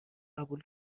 قبول